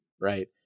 right